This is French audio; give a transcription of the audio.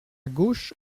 gauche